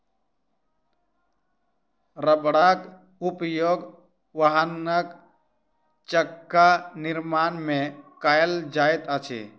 रबड़क उपयोग वाहनक चक्का निर्माण में कयल जाइत अछि